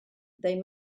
they